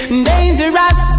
dangerous